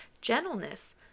Gentleness